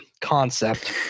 concept